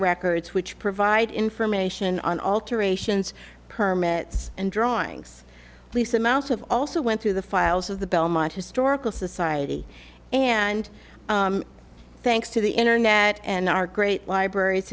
records which provide information on alterations permits and drawings lease amounts of also went through the files of the belmont historical society and thanks to the internet and our great libraries